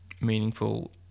meaningful